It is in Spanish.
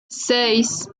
seis